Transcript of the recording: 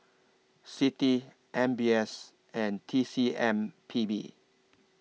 CITI M B S and T C M P B